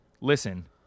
Listen